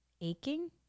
Aching